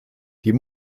die